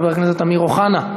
חבר הכנסת אמיר אוחנה,